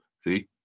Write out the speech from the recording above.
See